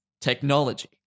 technology